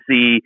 see